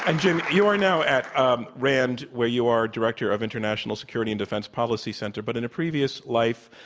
and james, you are now at um rand, where you are director of the international security and defense policy center, but in a previous life,